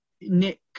Nick